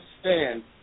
stand